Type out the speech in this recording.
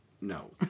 No